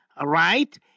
right